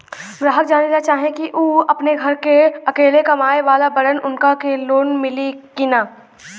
ग्राहक जानेला चाहे ले की ऊ अपने घरे के अकेले कमाये वाला बड़न उनका के लोन मिली कि न?